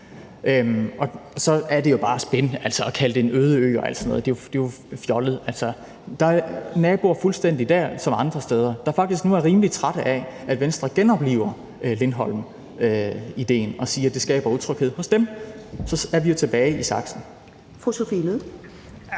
at kalde det en øde ø og alt sådan noget – det er jo fjollet. Der er naboer dér fuldstændig som andre steder, der faktisk nu er rimelig trætte af, at Venstre genopliver Lindholmidéen, og de siger, at det skaber utryghed hos dem. Så er vi jo tilbage i saksen.